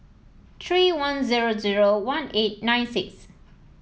three one zero zero one eight nine six